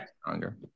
stronger